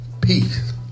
Peace